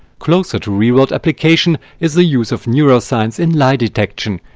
closer to real-world application is the use of neuroscience in lie detection,